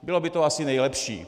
Bylo by to asi nejlepší.